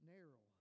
Narrow